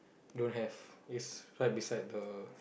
don't have it's right beside the